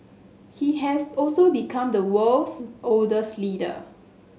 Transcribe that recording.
he has also become the world's oldest leader